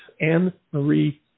Anne-Marie